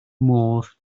modd